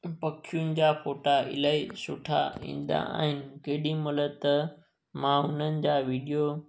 पखियुनि जा फ़ोटा इलाही सुठा ईंदा आहिनि केॾी महिल त मां उन्हनि जा वीडियो